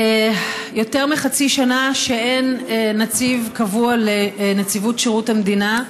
יותר מחצי שנה אין נציב קבוע בנציבות שירות המדינה,